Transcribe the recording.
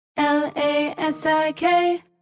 L-A-S-I-K